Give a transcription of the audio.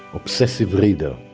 obsessive reader,